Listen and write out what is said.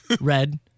Red